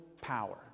power